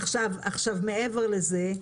עכשיו מעבר לזה,